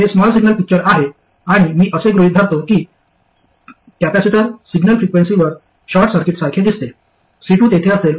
हे small signal picture आहे आणि मी असे गृहित धरतो की कॅपेसिटर सिग्नल फ्रिक्वेन्सीवर शॉर्ट सर्किटसारखे दिसते C2 तेथे असेल